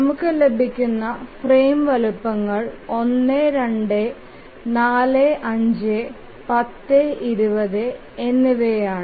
നമുക്ക് ലഭിക്കുന്ന ഫ്രെയിം വലുപ്പങ്ങൾ 1 2 4 5 10 20 എന്നിവയാണ്